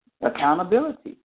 accountability